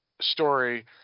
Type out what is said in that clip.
story